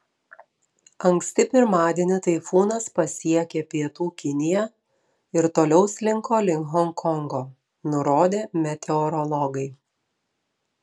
anksti pirmadienį taifūnas pasiekė pietų kiniją ir toliau slinko link honkongo nurodė meteorologai